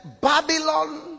Babylon